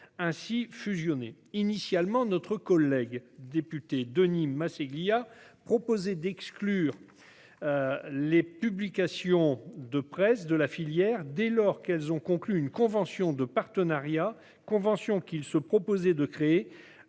ainsi fusionnée. Initialement, notre collègue député Denis Masséglia proposait d'exclure les publications de presse de la filière REP dès lors qu'elles auraient conclu une convention de partenariat, convention qu'il se proposait de créer